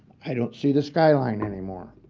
i don't see the skyline anymore.